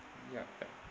yup